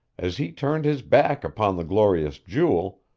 as he turned his back upon the glorious jewel,